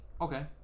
Okay